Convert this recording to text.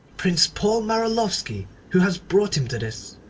prince paul maraloffski who has brought him to this.